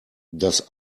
das